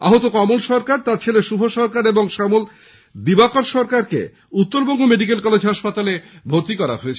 আহত কমল সরকার তার ছেলে শুভ সরকার এবং শ্যালক দিবাকর সরকারকে উত্তরবঙ্গ মেডিকেল কলেজ হাসপাতালে ভর্তি করা হয়েছে